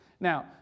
Now